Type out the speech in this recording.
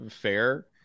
Fair